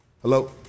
Hello